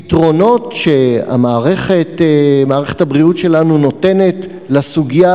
הפתרונות שמערכת הבריאות שלנו נותנת לסוגיה